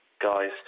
guys